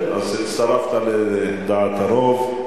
בסדר, אז הצטרפת לדעת הרוב.